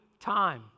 time